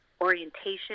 orientation